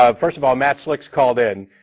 um first of all, matt slick called in.